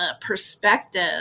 perspective